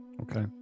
Okay